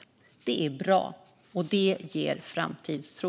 Det är bra, och det ger framtidstro.